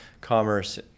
commerce